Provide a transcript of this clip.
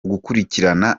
ugukurikirana